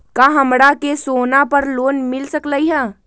का हमरा के सोना पर लोन मिल सकलई ह?